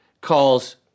calls